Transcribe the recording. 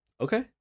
Okay